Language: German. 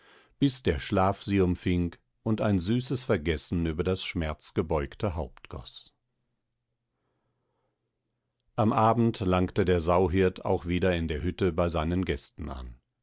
bis der schlaf sie umfing und ein süßes vergessen über das schmerzgebeugte haupt goß am abend langte der sauhirt auch wieder in der hütte bei seinen gästen an